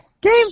Game